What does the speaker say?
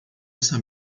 essa